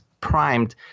primed